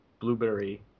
blueberry